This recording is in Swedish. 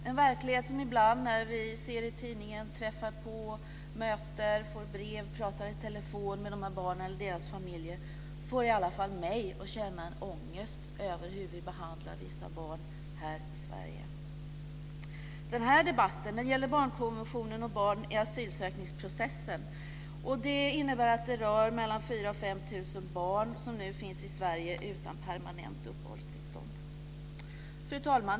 Den verkligheten ser vi ibland i tidningen eller när vi träffar på, möter, får brev från eller pratar i telefon med de här barnen eller deras familjer. Den får i alla fall mig att känna ångest över hur vi behandlar vissa barn här i Sverige. Den här debatten gäller barnkonventionen och barn i asylsökningsprocessen. Det innebär att det rör Fru talman!